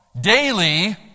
daily